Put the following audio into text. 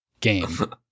game